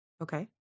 Okay